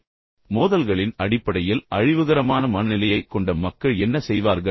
இப்போது முதலில் இந்த பக்கம் மோதல்களின் அடிப்படையில் அழிவுகரமான மனநிலையை மக்கள் என்ன செய்வார்கள்